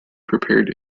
prepared